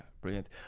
brilliant